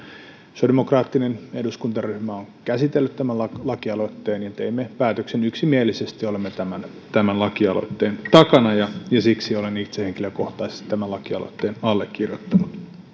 sosiaalidemokraattinen eduskuntaryhmä on käsitellyt tämän lakialoitteen ja teimme päätöksen ylimielisesti olemme tämän tämän lakialoitteen takana ja ja siksi olen itse henkilökohtaisesti tämän lakialoitteen allekirjoittanut